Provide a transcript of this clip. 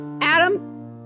Adam